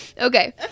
Okay